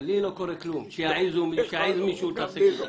לי לא קורה כלום, שיעז מישהו להתעסק אתי.